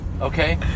Okay